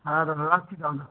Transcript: হ্যাঁ দাদা রাখছি তাহলে